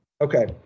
okay